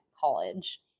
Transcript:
college